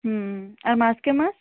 ଆର୍ ମାସକେ ମାସ୍